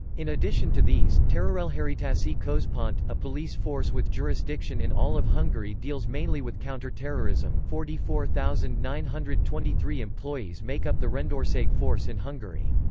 in addition to these, terrorelharitasi kozpont, a police force with jurisdiction in all of hungary deals mainly with counter-terrorism. forty four thousand nine hundred and twenty three employees make up the rendorseg force in hungary.